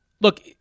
look